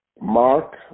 Mark